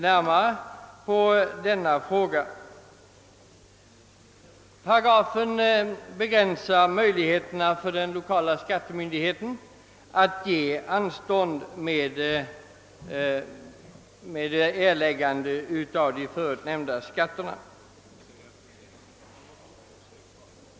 48 8 uppbördsförordningen begränsar möjligheterna för den lokala skattemyndigheten att bevilja anstånd med erläggande av ifrågavarande skatter.